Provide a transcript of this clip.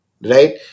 Right